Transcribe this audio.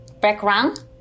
Background